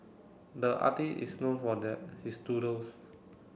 the is known for their his doodles